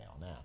now